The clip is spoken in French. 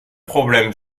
problème